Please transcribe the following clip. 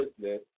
business